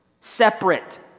separate